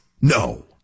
No